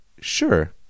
Sure